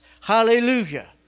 Hallelujah